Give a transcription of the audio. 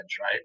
right